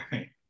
Right